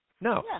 No